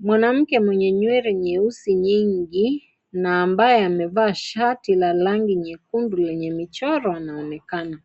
Mwanamke mwenye nywele nyeusi nyingi, na ambaye amevaa shati la rangi nyekundu yenye michoro anaonekana.